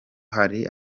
hari